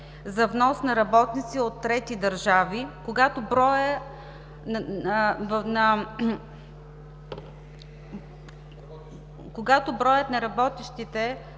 за внос на работници от трети държави, когато броят на работещите